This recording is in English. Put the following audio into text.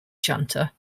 junta